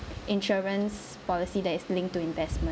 insurance policy that is linked to investment